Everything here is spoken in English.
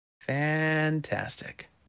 Fantastic